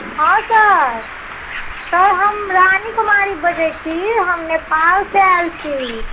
हाँ sir sir हम रानी कुमारी बजैत छी हम नेपालसँ आयल छी